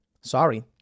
Sorry